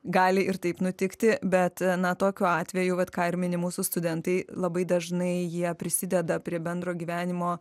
gali ir taip nutikti bet na tokiu atveju vat ką ir mini mūsų studentai labai dažnai jie prisideda prie bendro gyvenimo